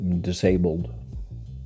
disabled